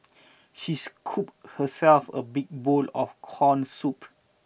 she scooped herself a big bowl of corn soup